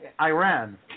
Iran